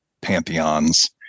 pantheons